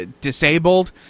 disabled